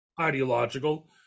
ideological